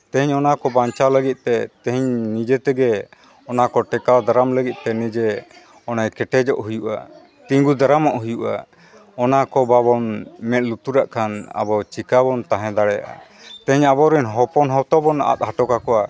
ᱛᱮᱦᱮᱧ ᱚᱱᱟ ᱠᱚ ᱵᱟᱧᱪᱟᱣ ᱞᱟᱹᱜᱤᱫᱛᱮ ᱛᱮᱦᱮᱧ ᱱᱤᱡᱮ ᱛᱮᱜᱮ ᱚᱱᱟ ᱠᱚ ᱴᱮᱠᱟᱣ ᱫᱟᱨᱟᱢ ᱞᱟᱹᱜᱤᱫᱛᱮ ᱱᱤᱡᱮ ᱚᱱᱮ ᱠᱮᱴᱮᱡᱚᱜ ᱦᱩᱭᱩᱜᱼᱟ ᱛᱤᱜᱩ ᱫᱟᱨᱟᱢᱚᱜ ᱦᱩᱭᱩᱜᱼᱟ ᱚᱱᱟ ᱠᱚ ᱵᱟᱵᱚᱱ ᱢᱮᱸᱫ ᱞᱩᱛᱩᱨᱟᱜ ᱠᱷᱟᱱ ᱟᱵᱚ ᱪᱤᱠᱟᱹ ᱵᱚᱱ ᱛᱟᱦᱮᱸ ᱫᱟᱲᱮᱭᱟᱜᱼᱟ ᱛᱮᱦᱮᱧ ᱟᱵᱚ ᱨᱮᱱ ᱦᱚᱯᱚᱱ ᱦᱚᱛᱚ ᱵᱚᱱ ᱟᱫ ᱦᱚᱴᱚ ᱠᱟᱠᱚᱣᱟ